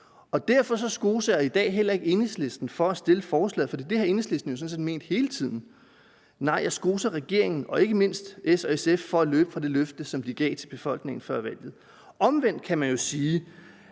Derfor skoser jeg i dag heller ikke Enhedslisten for at fremsætte forslaget, for det har Enhedslisten jo sådan set ment hele tiden, nej, jeg skoser regeringen og ikke mindst S og SF for at løbe fra det løfte, som de gav til befolkningen før valget. Omvendt kan man jo sige,